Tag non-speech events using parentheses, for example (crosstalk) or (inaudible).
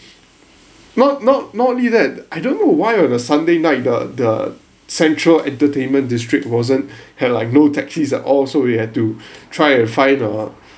not not not only that I don't know why on a sunday night the the central entertainment district wasn't here like no taxis at all so we had to (breath) try and find a